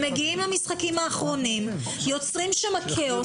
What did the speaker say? הם מגיעים למשחקים האחרונים ויוצרים שם כאוס.